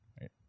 Right